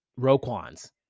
Roquans